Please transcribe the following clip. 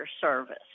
service